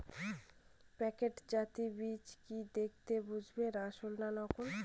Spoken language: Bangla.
প্যাকেটজাত বীজ কি দেখে বুঝব আসল না নকল?